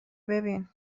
ببین